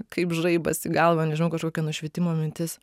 kaip žaibas į galvą nežinau kažkokia nušvitimo mintis